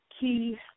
key